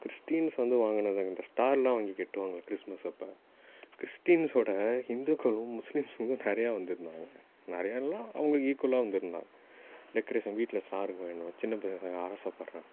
Christians வந்து வாங்கினா தாங்க இந்த ஸ்டார்லாம் வாங்கிக் கட்டுவாங்க கிறிஸ்மஸ் அப்போ கிறிஸ்டின்ஸோடு ஹிந்துக்களும் முஸ்லீம்ஸுங்களும் நிறையா வந்திருந்தாங்க நிறையான்னா அவங்களுக்கு ஈக்குவலாக வந்திருந்தாங்க டெக்கரேஷன் வீட்டில் ஸ்டாருங்க வேணும் சின்னப் பசங்க ஆசைப்பட்றாங்க